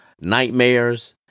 nightmares